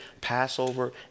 Passover